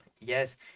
Yes